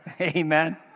Amen